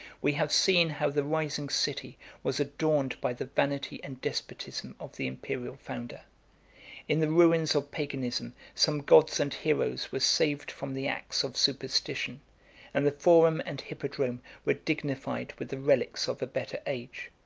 we have seen how the rising city was adorned by the vanity and despotism of the imperial founder in the ruins of paganism, some gods and heroes were saved from the axe of superstition and the forum and hippodrome were dignified with the relics of a better age.